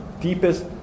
deepest